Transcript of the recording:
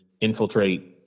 infiltrate